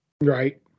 Right